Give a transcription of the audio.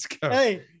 Hey